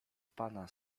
pana